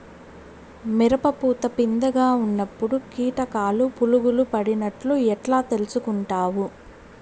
మిరప పూత పిందె గా ఉన్నప్పుడు కీటకాలు పులుగులు పడినట్లు ఎట్లా తెలుసుకుంటావు?